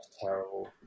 terrible